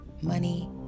money